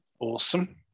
Awesome